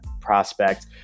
prospect